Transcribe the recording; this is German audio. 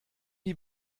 die